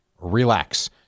relax